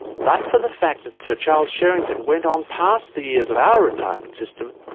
but for the fact that sir charles sherrington went on past the years of our retirement system,